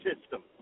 system